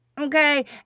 Okay